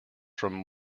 from